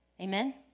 Amen